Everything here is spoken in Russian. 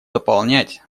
дополнять